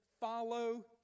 follow